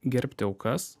gerbti aukas